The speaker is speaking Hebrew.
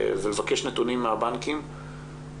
לבקש נתונים מהבנקים,